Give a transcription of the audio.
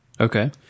Okay